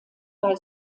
bei